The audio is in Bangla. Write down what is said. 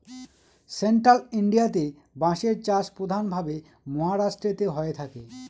সেন্ট্রাল ইন্ডিয়াতে বাঁশের চাষ প্রধান ভাবে মহারাষ্ট্রেতে হয়ে থাকে